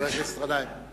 חבר הכנסת גנאים?